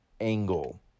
angle